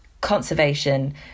conservation